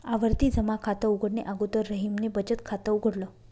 आवर्ती जमा खात उघडणे अगोदर रहीमने बचत खात उघडल